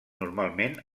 normalment